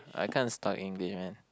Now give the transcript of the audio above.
I kinda stuck English man